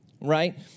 right